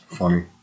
funny